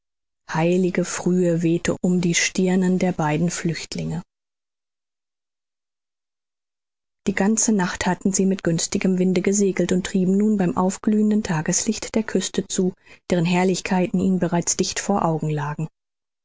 heilige frühe wehte um die stirnen der beiden flüchtlinge die ganze nacht hatten sie mit günstigem winde gesegelt und trieben nun beim aufglühenden tageslicht der küste zu deren herrlichkeiten ihnen bereits dicht vor augen lagen